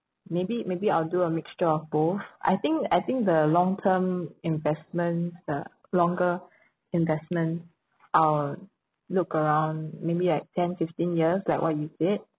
maybe maybe I'll do a mixture of both I think I think the long term investment the longer investment I'll look around maybe like ten fifteen years like what you said